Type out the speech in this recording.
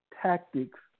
tactics